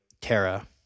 tara